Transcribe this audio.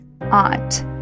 aunt